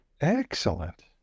Excellent